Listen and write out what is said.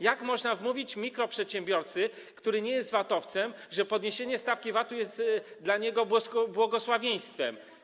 Jak można wmawiać mikroprzedsiębiorcy, który nie jest vatowcem, że podniesienie stawki VAT-u jest dla niego błogosławieństwem?